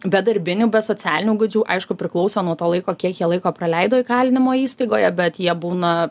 be darbinių be socialinių įgūdžių aišku priklauso nuo to laiko kiek jie laiko praleido įkalinimo įstaigoje bet jie būna